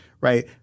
right